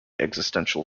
existential